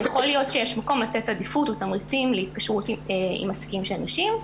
יכול להיות שיש מקום לתת עדיפות או תמריצים להתקשרות עם עסקים של נשים.